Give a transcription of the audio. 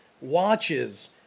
watches